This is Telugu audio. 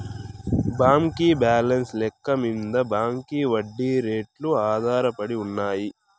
బాంకీ బాలెన్స్ లెక్క మింద బాంకీ ఒడ్డీ రేట్లు ఆధారపడినాయి